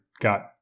got